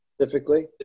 specifically